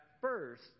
first